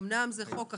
אמנם זה חוק אחר,